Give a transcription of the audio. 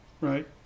right